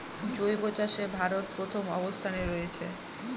জৈব চাষে ভারত প্রথম অবস্থানে রয়েছে